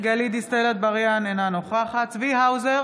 גלית דיסטל אטבריאן, אינה נוכחת צבי האוזר,